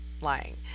lying